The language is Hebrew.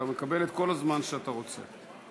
אתה מקבל את כל הזמן שאתה רוצה.